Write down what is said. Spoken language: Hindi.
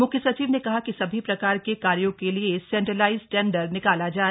मुख्य सचिव ने कहा कि सभी प्रकार के कार्यो के लिए सेंट्रालाईज्ड टेंडर निकाला जाए